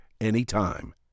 anytime